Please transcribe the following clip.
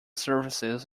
services